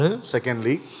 Secondly